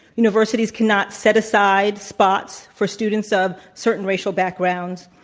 universities cannot set aside spots for students of certain racial backgrounds,